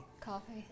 coffee